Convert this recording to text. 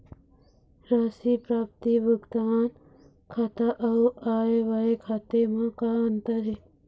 राशि प्राप्ति भुगतान खाता अऊ आय व्यय खाते म का अंतर हे?